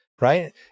right